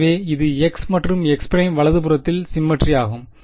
எனவே இது x மற்றும் x ′ வலதுபுறத்தில் சிம்மெட்ரி ஆகும்